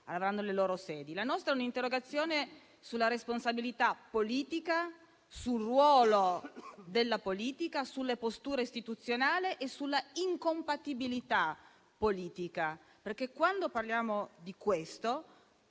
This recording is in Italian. avranno le loro sedi. La nostra è un'interrogazione sulla responsabilità politica, sul ruolo della politica, sulle posture istituzionali e sulla incompatibilità politica. Quando ci riferiamo a questo,